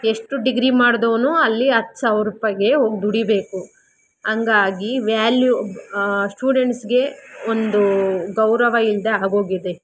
ಎಷ್ಟು ಡಿಗ್ರಿ ಮಾಡಿದವನು ಅಲ್ಲಿ ಹತ್ತು ಸಾವಿರ್ರೂಪಾಯ್ಗೆ ಹೋಗಿ ದುಡೀಬೇಕು ಹಂಗಾಗಿ ವ್ಯಾಲ್ಯು ಸ್ಟೂಡೆಂಟ್ಸ್ಗೆ ಒಂದೂ ಗೌರವ ಇಲ್ಲದೆ ಆಗೋಗಿದೆ